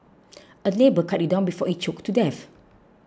a neighbour cut it down before it choked to death